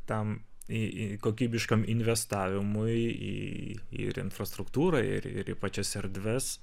tam į kokybiškam investavimui į ir infrastruktūrą ir į pačias erdves